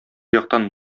яктан